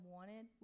Wanted